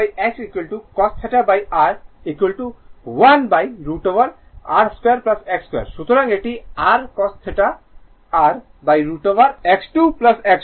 অতএব sin θX cos θR 1√ over R2 X2 সুতরাং এটি r cos θ R√ over X2 X2